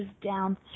down